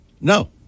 No